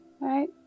right